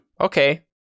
okay